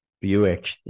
buick